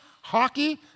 hockey